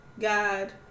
God